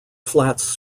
flats